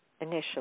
initially